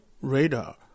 radar